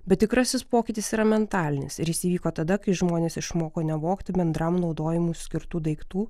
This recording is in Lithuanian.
bet tikrasis pokytis yra mentalinis ir jis įvyko tada kai žmonės išmoko nevogti bendram naudojimui skirtų daiktų